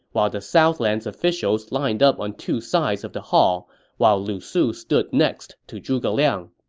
while the southland's officials lined up on two sides of the hall while lu su stood next to zhuge liang